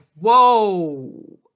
whoa